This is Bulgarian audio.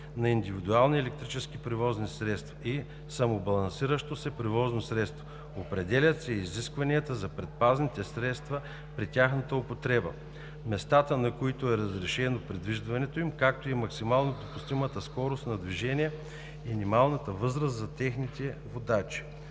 на „индивидуални електрически превозни средства“ и „самобалансиращо се превозно средство“, определят се изискванията за предпазните средства при тяхната употреба, местата, на които е разрешено придвижването им, както и максимално допустимата скорост на движение и минималната възраст за техните водачи.